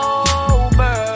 over